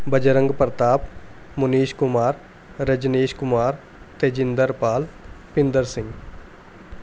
Bajrang Pratap Munish Kumar Rajnish Kumar Tejinder Pal Inder Singh